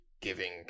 giving